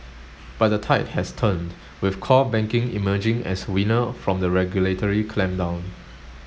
but the tide has turned with core banking emerging as winner from the regulatory clampdown